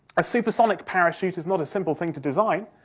a supersonic parachute is not a simple thing to design,